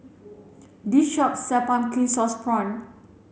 this shop sells pumpkin sauce prawns